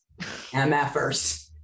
MFers